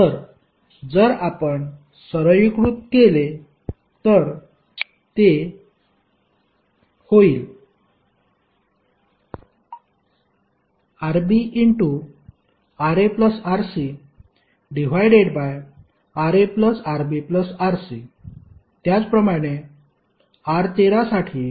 तर जर आपण सरळीकृत केले तर ते होईल RbRaRcRaRbRc त्याचप्रमाणे R13 साठी